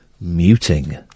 muting